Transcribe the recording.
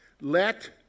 Let